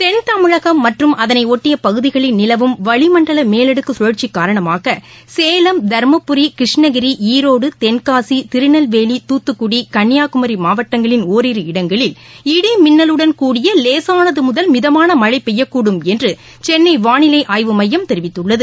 தென்தமிழகம் மற்றும் அதனைஒட்டியபகுதிகளில் நிலவும் வளிமண்டலமேலடுக்குழற்சிகாரணமாக சேலம் தர்மபுரி கிருஷ்ணகிரி ஈரோடு தென்காசி திருநெல்வேலி தூத்துக்குடி கன்னியாகுமரிமாவட்டங்களில் ஓரிரு இடங்களில் இட் கூடிய லேசானதுமுதல் என்றுசென்னைவானிலைஆய்வு மையம் தெரிவித்துள்ளது